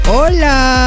Hola